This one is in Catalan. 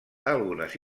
algunes